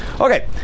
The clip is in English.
Okay